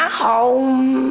home